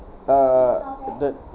err the